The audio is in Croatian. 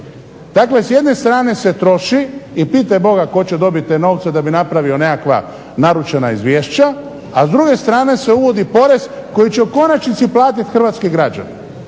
Dakle, s jedne strane se troši i pitaj Boga tko će dobiti te novce da bi napravio nekakva naručena izvješća, a s druge strane se uvodi porez koji će u konačnici platiti hrvatski građani.